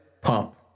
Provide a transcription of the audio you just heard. pump